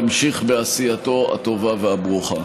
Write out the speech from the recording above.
ימשיך בעשייתו הטובה והברוכה.